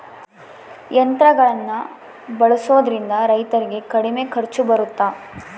ಯಂತ್ರಗಳನ್ನ ಬಳಸೊದ್ರಿಂದ ರೈತರಿಗೆ ಕಡಿಮೆ ಖರ್ಚು ಬರುತ್ತಾ?